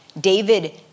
David